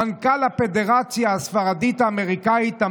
מנכ"ל הפדרציה הספרדית האמריקאית,